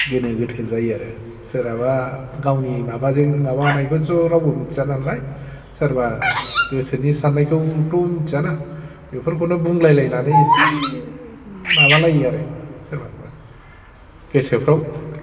गोनो गोथो जायो आरो सोरहाबा गावनि माबाजों माबानायखौथ' रावबो मिथिया नालाय सोरबा गोसोनि साननायखौथ' मोनथिया ना बेफोरखौनो बुंलायलायनानै एसे माबा लाइयो आरो सोरबा सोरबा गोसोफ्राव